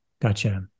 Gotcha